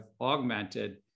augmented